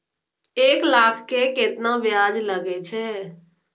एक लाख के केतना ब्याज लगे छै?